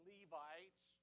Levites